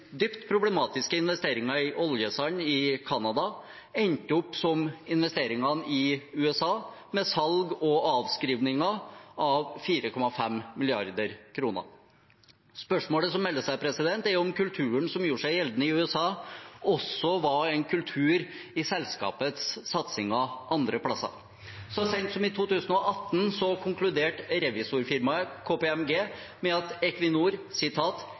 dypt problematiske investeringen i oljesand i Canada endte opp som investeringene i USA, med salg og avskrivninger av 4,5 mrd. kr. Spørsmålet som melder seg, er om kulturen som gjorde seg gjeldende i USA, også var en kultur i selskapets satsinger andre steder. Så sent som i 2018 konkluderte revisorfirmaet KPMG med at Equinor